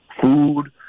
food